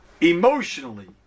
emotionally